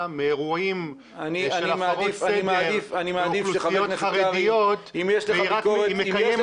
מאירועים של הפרות סדר באוכלוסיות חרדיות והיא מקיימת